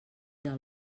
del